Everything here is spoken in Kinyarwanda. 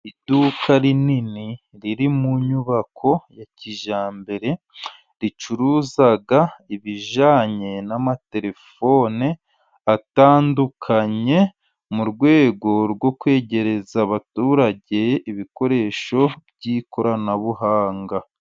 Iduka rinini riri mu nyubako ya kijyambere. Ricuruza ibijyanye n'amatelefone atandukanye, mu rwego rwo kwegereza abaturage ibikoresho by'ikoranabuhanga.